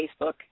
Facebook